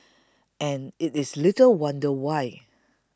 and it is little wonder why